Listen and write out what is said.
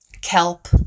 kelp